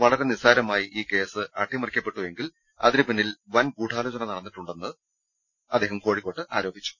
വളരെ നിസ്റ്റാരമായി ഈ കേസ് അട്ടിമറിക്കപ്പെട്ടു എങ്കിൽ അതിനു പിന്നിൽ വൻ ഗൂഢാലോചന നടന്നിട്ടുണ്ട് എന്നത് ഉറപ്പാണെന്ന് അദ്ദേഹം കോഴിക്കോട്ട് ആരോപിച്ചു